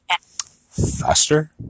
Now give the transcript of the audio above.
faster